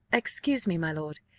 excuse me, my lord,